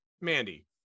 Mandy